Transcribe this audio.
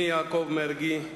אני, יעקב מרגי,